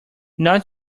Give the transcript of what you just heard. not